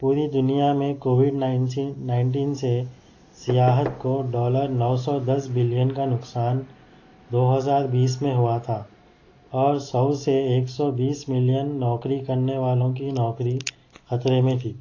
پوری دُنیا میں کووڈ نائٹین نائنٹین سے سیاحت کو ڈالر نو سو دس بلین کا نقصان دو ہزار بیس میں ہُوا تھا اور سو سے ایک سو بیس ملین نوکری کرنے والوں کی نوکری خطرے میں تھی